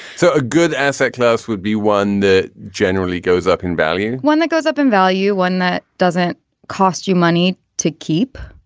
so a good asset class would be one that generally goes up in value one that goes up in value one that doesn't cost you money to keep.